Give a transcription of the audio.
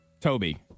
Toby